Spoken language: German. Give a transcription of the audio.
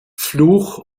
fluch